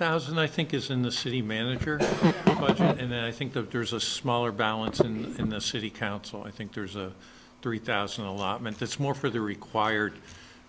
thousand i think is in the city manager and i think that there's a smaller balance and in the city council i think there's a three thousand allotment that's more for the required